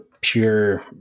pure